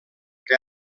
que